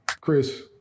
Chris